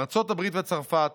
ארצות הברית וצרפת